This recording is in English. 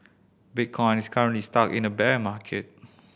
bitcoin is currently stuck in a bear market